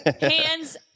Hands